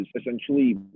essentially